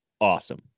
awesome